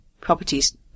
properties